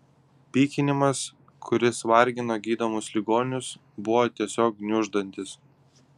pykinimas kuris vargino gydomus ligonius buvo tiesiog gniuždantis